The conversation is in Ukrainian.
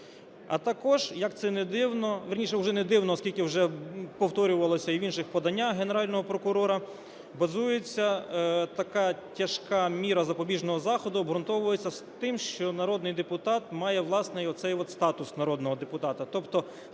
вірніше, вже не дивно, оскільки вже повторювалося і в інших поданнях Генерального прокурора, базується така тяжка міра запобіжного заходу, обґрунтовується тим, що народний депутат має власне оцей от статус народного депутата.